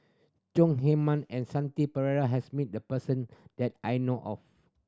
Chong Heman and Shanti Pereira has meet the person that I know of